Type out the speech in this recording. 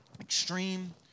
extreme